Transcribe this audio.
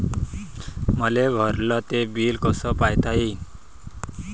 मले भरल ते बिल कस पायता येईन?